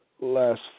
Last